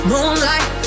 Moonlight